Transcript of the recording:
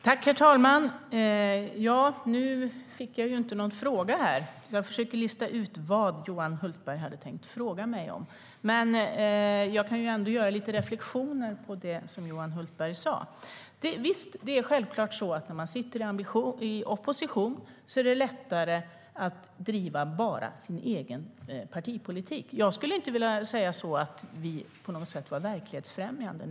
Herr talman! Nu fick jag ju inte någon fråga, så jag försöker lista ut vad Johan Hultberg hade tänkt fråga mig om. Jag kan ändå göra några reflektioner på det som Johan Hultberg sa. Visst - det är självklart att när man sitter i opposition är det lättare att driva bara sin egen partipolitik. Jag skulle inte vilja säga att vi på något sätt var verklighetsfrämmande.